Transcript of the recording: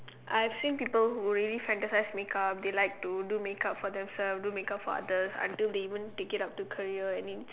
I think people who really fantasise make up they like to do make up for themselves do make up for others until they even take it up to career I mean